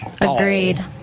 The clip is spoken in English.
Agreed